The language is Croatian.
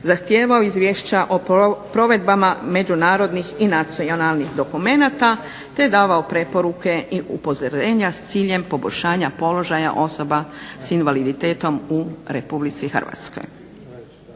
zahtijevao izvješća o provedbama međunarodnih i nacionalnih dokumenata te davao preporuke i upozorenja s ciljem poboljšanja položaja osoba s invaliditetom u RH. Ovim se